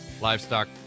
livestock